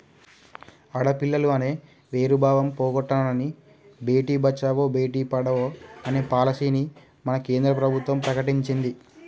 ఆడపిల్లలు అనే వేరు భావం పోగొట్టనని భేటీ బచావో బేటి పడావో అనే పాలసీని మన కేంద్ర ప్రభుత్వం ప్రకటించింది